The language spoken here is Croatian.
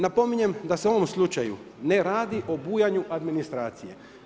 Napominjem da se u ovom slučaju ne radi o bujanju administracije.